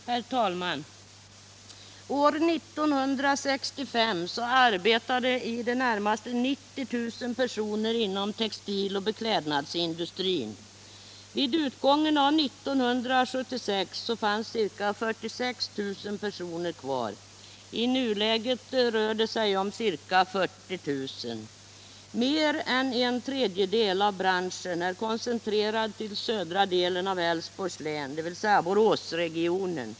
Herr talman! År 1965 arbetade i det närmaste 90 000 personer inom textiloch beklädnadsindustrin. Vid utgången av 1976 fanns ca 46 000 personer kvar. I nuläget rör det sig om ca 40 000. Mer än en tredjedel av branschen är koncentrerad till södra delen av Älvsborgs län, dvs. Boråsregionen.